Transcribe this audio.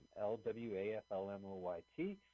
L-W-A-F-L-M-O-Y-T